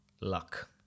luck